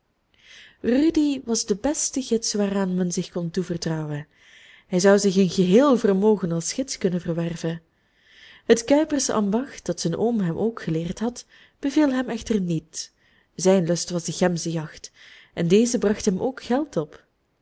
rudy was de beste gids waaraan men zich kon toevertrouwen hij zou zich een geheel vermogen als gids kunnen verwerven het kuipersambacht dat zijn oom hem ook geleerd had beviel hem echter niet zijn lust was de gemzenjacht en deze bracht hem ook geld op